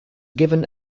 given